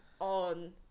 on